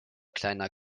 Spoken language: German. kleiner